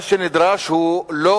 מה שנדרש הוא לא